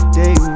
day